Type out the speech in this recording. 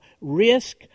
risk